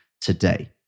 today